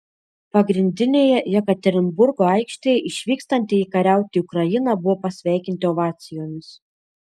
pagrindinėje jekaterinburgo aikštėje išvykstantieji kariauti į ukrainą buvo pasveikinti ovacijomis